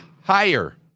higher